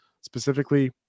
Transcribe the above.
specifically